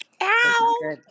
Ow